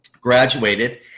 graduated